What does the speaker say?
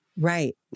right